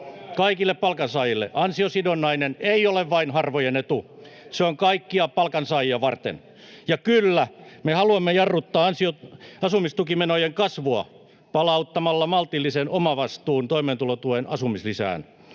kaikille palkansaajille. Ansiosidonnainen ei ole vain harvojen etu. Se on kaikkia palkansaajia varten, ja kyllä, me haluamme jarruttaa asumistukimenojen kasvua palauttamalla maltillisen omavastuun toimeentulotuen asumislisään.